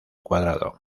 cuadrado